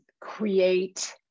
create